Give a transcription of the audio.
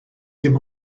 dim